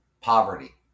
Poverty